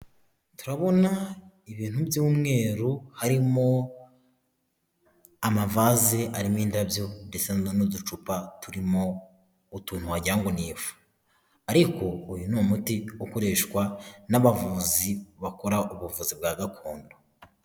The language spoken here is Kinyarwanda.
Turabona ibintu byu'mweru, harimo amavaze arimo indabyo, ndetse n'uducupa turimo utuntu wagira ngo ni ifu. Ariko uyu ni umuti ukoreshwa n'abavuzi bakora ubuvuzi bwa gakondo.